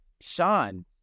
Sean